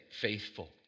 faithful